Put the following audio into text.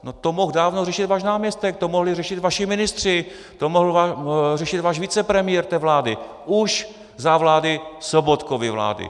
No, to mohl dávno řešit váš náměstek, to mohli řešit vaši ministři, to mohl řešit váš vicepremiér té vlády už za vlády Sobotkovy vlády.